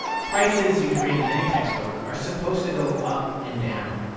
prices, you can read in any textbook, are supposed to go up and down.